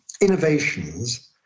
innovations